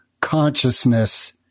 consciousness